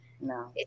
No